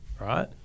right